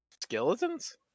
Skeletons